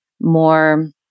more